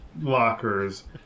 lockers